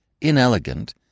inelegant